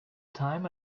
time